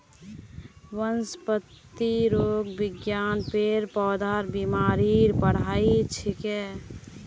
वनस्पतिरोग विज्ञान पेड़ पौधार बीमारीर पढ़ाई छिके